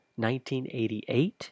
1988